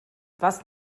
was